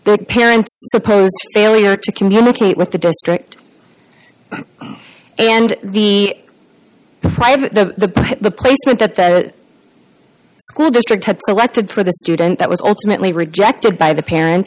the parents supposed to communicate with the district and the private the the placement that the school district had elected for the student that was ultimately rejected by the parents